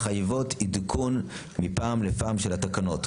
מחייבות עדכון מפעם לפעם של התקנות.